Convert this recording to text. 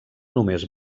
només